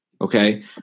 Okay